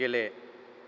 गेले